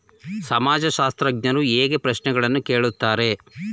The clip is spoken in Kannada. ಸಮಾಜಶಾಸ್ತ್ರಜ್ಞರು ಹೇಗೆ ಪ್ರಶ್ನೆಗಳನ್ನು ಕೇಳುತ್ತಾರೆ?